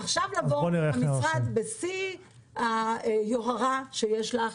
אז בואי נראה -- עכשיו המשרד בא בשיא היוהרה שיש לך